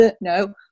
no